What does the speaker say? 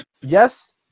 yes